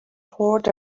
poured